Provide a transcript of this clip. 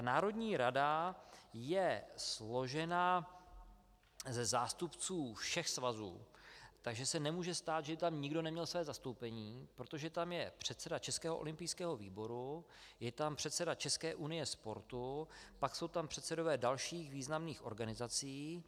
Národní rada je složena ze zástupců všech svazů, takže se nemůže stát, že by tam někdo neměl své zastoupení, protože tam je předseda Českého olympijského výboru, je tam předseda České unie sportu, pak jsou tam předsedové dalších významných organizací.